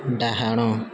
ଡାହାଣ